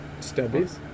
Stubbies